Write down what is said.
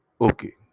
Okay